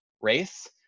race